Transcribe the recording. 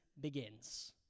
begins